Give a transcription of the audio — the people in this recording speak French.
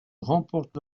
remportent